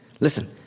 Listen